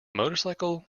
motorcycle